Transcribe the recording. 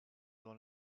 dans